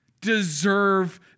Deserve